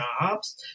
jobs